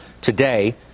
today